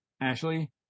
ashley